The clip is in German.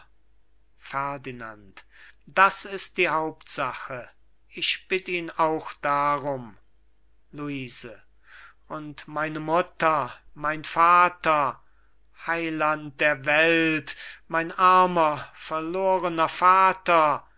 ferdinand das ist die hauptsache ich bitt ihn auch darum luise und meine mutter mein vater heiland der welt mein armer verlorener vater